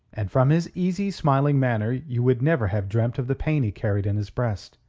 and from his easy, smiling manner you would never have dreamt of the pain he carried in his breast.